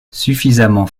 suffisamment